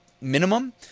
minimum